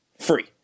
free